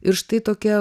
ir štai tokia